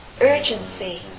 urgency